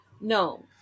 no